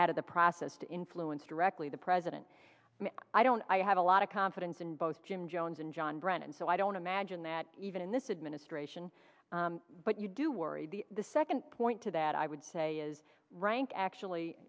out of the process to influence directly the i didn't i don't i have a lot of confidence in both jim jones and john brennan so i don't imagine that even in this administration but you do worry the second point to that i would say is rank actually